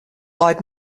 leit